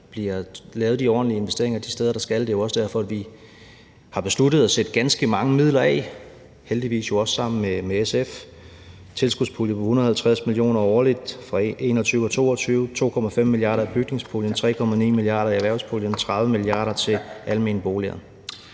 bliver lavet ordentlige investeringer de steder, hvor de skal laves. Det er jo også derfor, at vi har besluttet at sætte ganske mange midler af – heldigvis jo også sammen med SF: en tilskudspulje på 150 mio. kr. årligt i 2021 og 2022, 2,5 mia. kr. i bygningspuljen, 3,9 mia. kr. i erhvervspuljen, 30 mia. kr. til almene boliger.